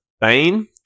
Bane